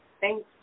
Thanks